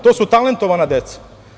To su talentovana deca.